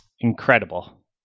incredible